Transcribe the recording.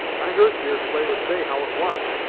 i heard deerslayer say how it was.